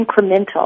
incremental